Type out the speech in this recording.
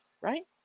right